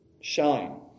shine